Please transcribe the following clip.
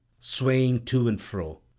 swaying to and fro,